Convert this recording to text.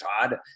Todd